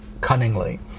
cunningly